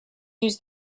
use